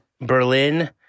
Berlin